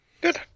good